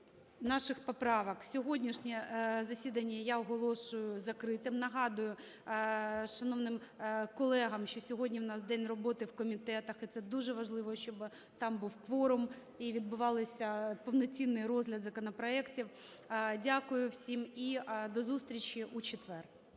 наших поправок. Сьогоднішнє засідання я оголошую закритим. Нагадую шановним колегам, що сьогодні в нас день роботи в комітетах і це дуже важливо, щоби там був кворум і відбувався повноцінний розгляд законопроектів. Дякую всім. І до зустрічі у четвер.